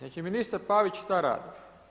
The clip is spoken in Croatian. Znači ministar Pavić, šta radi?